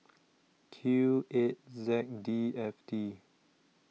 Q eight Z D F T